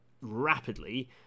rapidly